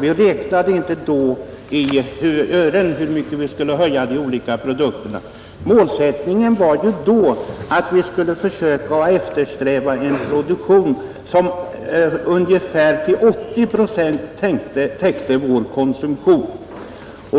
vi inte; vi räknade inte då på hur mycket vi skulle höja de olika produktpriserna i ören, Målsättningen var ju då att vi skulle eftersträva en produktion som till ungefär 80 procent täckte vår konsumtion.